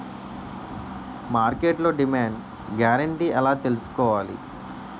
మార్కెట్లో demand guarantee ఎలా తెల్సుకోవాలి?